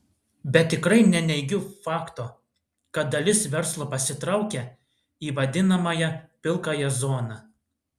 bet tikrai neneigiu fakto kad dalis verslo pasitraukė į vadinamąją pilkąją zoną